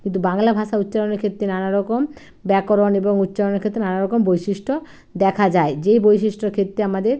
কিন্তু বাংলা ভাষা উচ্চারণের ক্ষেত্রে নানা রকম ব্যাকরণ এবং উচ্চারণের ক্ষেত্রে নানা রকম বৈশিষ্ট্য দেখা যায় যেই বৈশিষ্ট্যর ক্ষেত্রে আমাদের